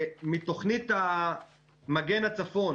מתוכנית מגן הצפון